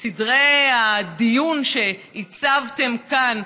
סדרי הדיון שהצבתם כאן,